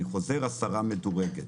אני חוזר, הסרה מדורגת.